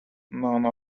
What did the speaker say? none